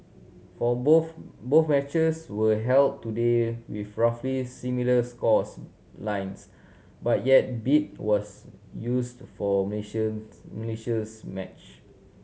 for both both matches were held today with roughly similar scores lines but yet 'beat' was used for Malaysia match